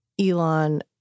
Elon